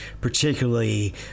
Particularly